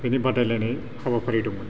बेनि बादायलायनाय हाबाफारि दंमोन